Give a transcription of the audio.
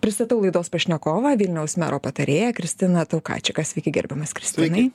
pristatau laidos pašnekovą vilniaus mero patarėją kristiną taukačiką sveiki gerbiamas kristinai